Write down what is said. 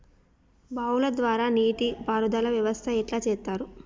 బావుల ద్వారా నీటి పారుదల వ్యవస్థ ఎట్లా చేత్తరు?